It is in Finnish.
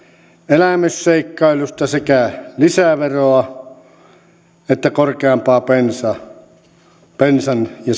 elämysseikkailusta sekä lisäveroa että korkeampaa bensan bensan ja